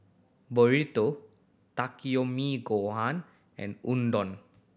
Burrito Takikomi Gohan and Udon